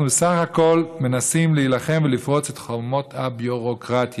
אנחנו בסך הכול מנסים להילחם ולפרוץ את חומות הביורוקרטיה.